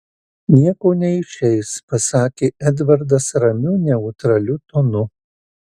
nieko neišeis pasakė edvardas ramiu neutraliu tonu